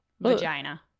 Vagina